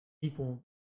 people